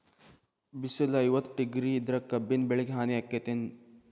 ಬಿಸಿಲ ಐವತ್ತ ಡಿಗ್ರಿ ಇದ್ರ ಕಬ್ಬಿನ ಬೆಳಿಗೆ ಹಾನಿ ಆಕೆತ್ತಿ ಏನ್?